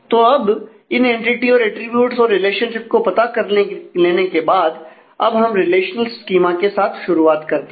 तो अब इन एंटिटी और अटरीब्यूट्स और रिलेशनशिप को पता कर लेने के बाद अब हम रिलेशनल स्कीमा के साथ शुरुआत करते हैं